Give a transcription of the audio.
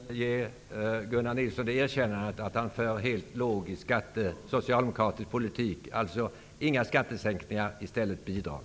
Herr talman! När det gäller kulturbyggnaderna skall jag ge Gunnar Nilsson erkännandet att han för en helt logisk socialdemokratisk politik -- alltså inga skattesänkningar utan i stället bidrag!